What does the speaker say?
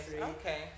Okay